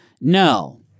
No